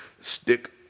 stick